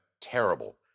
terrible